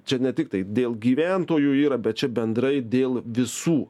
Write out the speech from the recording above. čia ne tiktai dėl gyventojų yra bet čia bendrai dėl visų